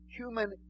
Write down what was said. human